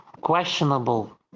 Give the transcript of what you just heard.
questionable